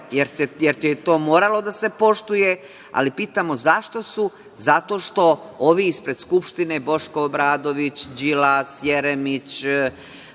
jer je to moralo da se poštuje, ali pitamo zašto su, zato što ovi ispred Skupštine Boško Obradović, Đilas, Jeremić,